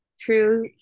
True